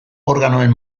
organoen